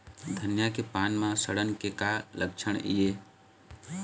धनिया के पान म सड़न के का लक्षण ये?